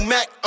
Mac